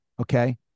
Okay